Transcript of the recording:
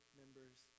members